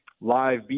live